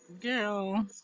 girl